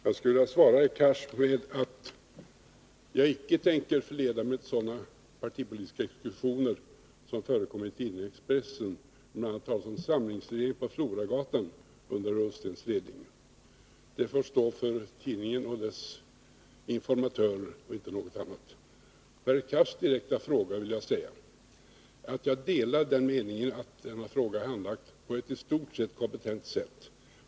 Herr talman! Jag skulle vilja ge herr Cars det beskedet att jag icke tänker låta förleda mig till sådana partipolitiska exkursioner som förekommer i tidningen Expressen, där det bl.a. talats om samlingsregering på Floragatan under Ola Ullstens ledning. Sådana uppgifter får helt och hållet stå för tidningens och dess informatörers räkning. Som svar på herr Cars direkta fråga vill jag säga att jag delar den meningen att denna fråga handlagts på ett i stort sett kompetent sätt.